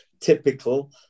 typical